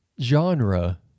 genre